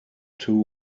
two